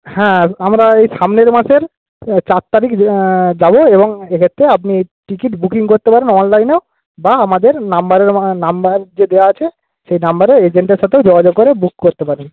হ্যাঁ আমরা এই সামনের মাসের চার তারিখ যাবো এবং সে ক্ষেত্রে আপনি টিকিট বুকিং করতে পারেন অনলাইনেও বা আমাদের নাম্বারে নাম্বার যে দেওয়া আছে সেই নাম্বারে এজেন্টের সাথেও যোগাযোগ করে বুক করতে পারেন